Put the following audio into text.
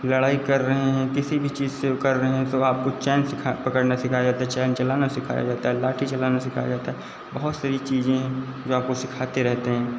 लड़ाई कर रहे हैं किसी भी चीज़ से वह कर आरहे हैं तो आपको चैन सिखा पकड़ना सिखाया जता है चैन चलाना सिखाया जाता है लाठी चलाना सिखाया जाता है बहोत सारी चीज़ें हैं जो आपको सिखाते रहते हैं